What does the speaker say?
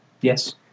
Yes